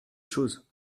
chose